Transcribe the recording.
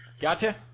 Gotcha